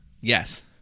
Yes